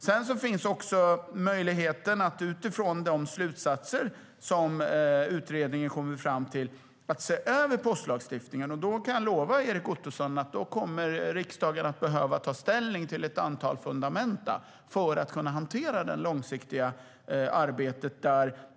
Sedan finns också möjligheten att utifrån de slutsatser som utredningen kommer fram till se över postlagstiftningen, och då kan jag lova Erik Ottoson att riksdagen kommer att behöva ta ställning till ett antal fundamenta för att kunna hantera det långsiktiga arbetet.